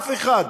אף אחד.